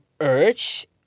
urge